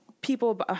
people